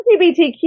LGBTQ